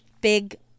big